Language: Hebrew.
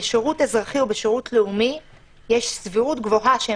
בשירות אזרחי או בשירות לאומי יש סבירות גבוהה שהם